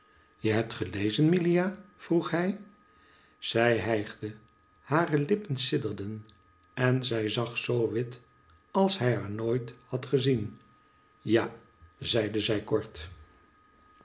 je hebt gelezen milia vroeg hij zij hijgde hare lippen sidderden en zij zag zoo wit als hij haar nooit had gezien ja zeide zij kort